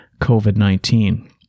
COVID-19